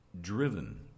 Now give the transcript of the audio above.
driven